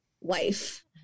wife